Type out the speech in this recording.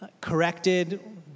corrected